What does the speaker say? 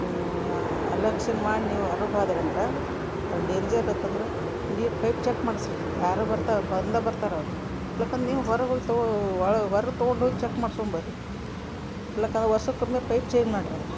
ನೀವು ಅಲಕ್ಷಿಣ ಮಾಡಿ ನೀವು ಹೊರಗೆ ಹೋದೆರಂದ್ರೆ ಅರ್ ಡೇಂಜರ್ ಆತಂದ್ರೆ ದೀಡ್ ಪೈಪ್ ಚಕ್ ಮಾಡಸಿ ರೀ ಯಾರೋ ಬರ್ತಾವೆ ಬಂದೇ ಬರ್ತಾರೆ ಅವರು ಇಲ್ಲ ಅಂದ್ರ್ ನೀವು ಹೊರಗೆ ಹೋಗ್ ತಗೋ ಒಳ ಹೊರಗೆ ತಗೊಂಡು ಹೋಗ್ ಚಕ್ ಮಾಡ್ಸುಮ್ ಬನ್ರಿ ಇಲ್ಲ ಅಂದ್ರೆ ವರ್ಷಕ್ಕೊಮ್ಮೆ ಪೈಪ್ ಚೇಂಜ್ ಮಾಡಿರಿ ಅದನ್ನು